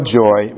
joy